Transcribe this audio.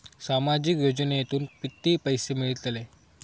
सामाजिक योजनेतून किती पैसे मिळतले?